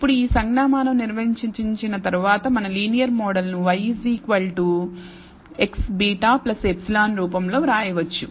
ఇప్పుడు ఈ సంజ్ఞామానం నిర్వచించిన తరువాత మన లినియర్ మోడల్ను y x β ε రూపంలో వ్రాయవచ్చు